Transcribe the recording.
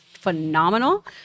phenomenal